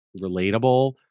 relatable